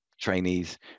trainees